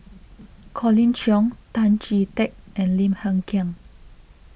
Colin Cheong Tan Chee Teck and Lim Hng Kiang